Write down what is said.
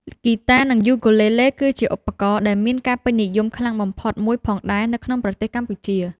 ហ្គីតា និង យូគូលេលេ ក៏ជាឧបករណ៍ដែលមានការពេញនិយមខ្លាំងបំផុតមួយផងដែរនៅក្នុងប្រទេសកម្ពុជា។